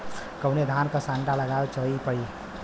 कवने धान क संन्डा लगावल सही परी हो?